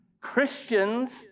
Christians